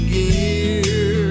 gear